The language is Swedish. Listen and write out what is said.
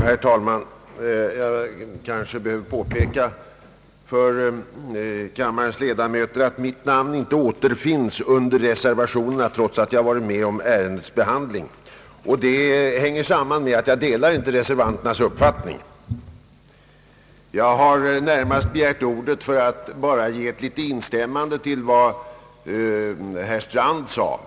Herr talman! Jag behöver kanske påpeka för kammarens ledamöter att mitt namn inte återfinns under reservationerna, trots att jag varit med om ärendets behandling. Detta hänger samman med att jag inte delar reservanternas uppfattning. Jag har närmast begärt ordet för att göra ett litet instämmande i vad herr Strand anförde.